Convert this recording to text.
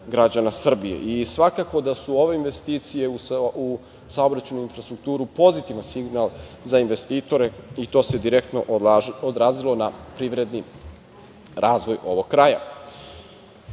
Srbije. Svakako da su ove investicije u saobraćajnu infrastrukturu pozitivan signal za investitore i to se direktno odrazilo na privredni razvoj ovog